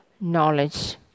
knowledge